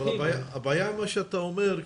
אבל הבעיה עם מה שאתה אומר,